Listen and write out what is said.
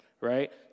Right